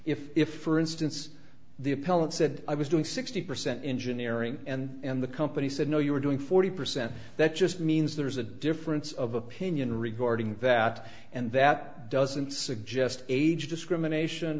if if for instance the appellant said i was doing sixty percent engineering and the company said no you were doing forty percent that just means there is a difference of opinion regarding that and that doesn't suggest age discrimination